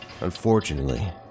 unfortunately